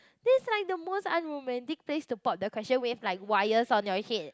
this like the most unromantic place to pop the question with like wires on your head